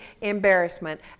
embarrassment